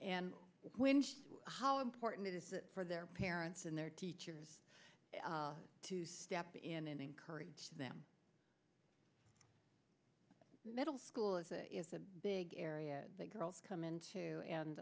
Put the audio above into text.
and how important it is for their parents and their teachers to step in and encourage them middle school is a is a big area that girls come into and